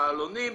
עם מעלונים,